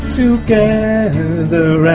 together